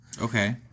Okay